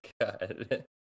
god